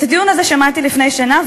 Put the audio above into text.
את הטיעון הזה שמעתי לפני שנה,